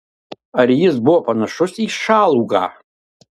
ar jis buvo panašus į šalugą